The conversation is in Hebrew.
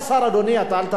אל תפריע להצבעה.